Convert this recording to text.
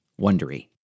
wondery